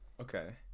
Okay